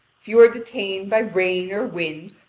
if you are detained by rain or wind,